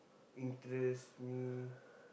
interest me